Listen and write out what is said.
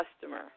customer